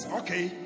okay